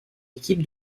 équipe